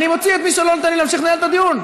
אני מוציא את מי שלא נותן לי להמשיך לנהל את הדיון.